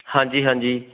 ਹਾਂਜੀ ਹਾਂਜੀ